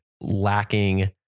lacking